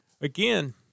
again